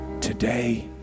today